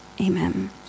Amen